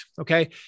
Okay